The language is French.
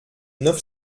neuf